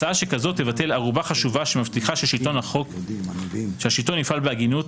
הצעה שזו תבטל ערובה חשובה המבטיחה שהשלטון יפעל בהגינות.